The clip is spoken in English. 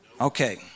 Okay